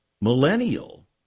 millennial